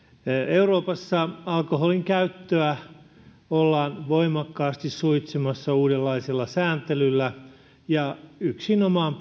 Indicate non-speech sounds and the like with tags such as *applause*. euroopassa alkoholinkäyttöä ollaan voimakkaasti suitsimassa uudenlaisella sääntelyllä perustuen yksinomaan *unintelligible*